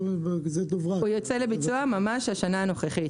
הוא יוצא לביצוע ממש בשנה הנוכחית.